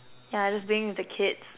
yeah just being with the kids